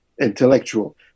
intellectual